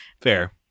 Fair